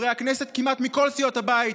חברי הכנסת כמעט מכל סיעות הבית,